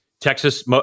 Texas